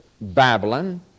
Babylon